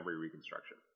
reconstruction